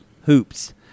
hoops